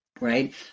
right